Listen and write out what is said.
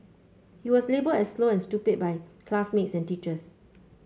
he was labelled as slow and stupid by classmates and teachers